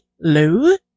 Lou